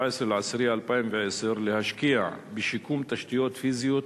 באוקטובר 2010 להשקיע בשיקום תשתיות פיזיות